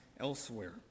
elsewhere